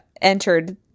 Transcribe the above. entered